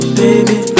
baby